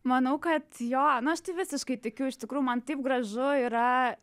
manau kad jo nu aš tai visiškai tikiu iš tikrųjų man taip gražu yra